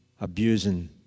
abusing